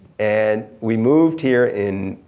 and we moved here in,